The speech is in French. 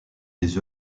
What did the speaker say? des